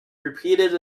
repeated